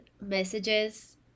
messages